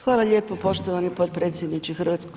Hvala lijepo poštovani potpredsjedniče HS.